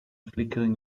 flickering